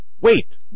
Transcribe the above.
Wait